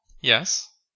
Yes